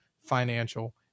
financial